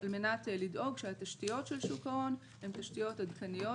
על מנת לדאוג שהתשתיות של שוק ההון הן תשתיות עדכניות,